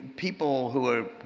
people who are,